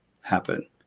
happen